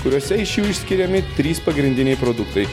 kuriose iš jų išskiriami trys pagrindiniai produktai